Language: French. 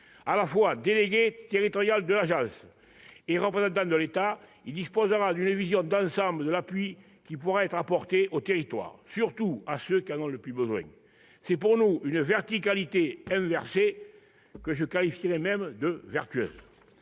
À la fois délégué territorial de l'agence et représentant de l'État, celui-ci disposera d'une vision d'ensemble sur l'appui qui pourra être apporté aux territoires, surtout à ceux qui en ont le plus besoin. C'est pour nous une verticalité inversée que je qualifierais de vertueuse.